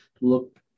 look